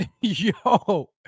yo